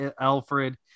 Alfred